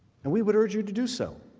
and we would urge you to do so